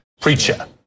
preacher